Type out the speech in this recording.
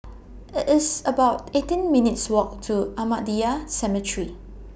IT IS about eighteen minutes' Walk to Ahmadiyya Cemetery